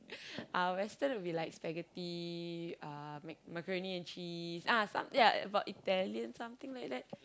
uh western will be like spaghetti uh mac macaroni cheese ah some ya about Italian something like that